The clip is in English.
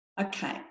Okay